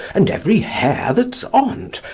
and ev'ry hair that's on t,